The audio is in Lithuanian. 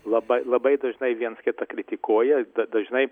labai labai dažnai viens kitą kritikuoja dažnai